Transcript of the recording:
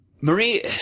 Marie